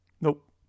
Nope